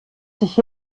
sich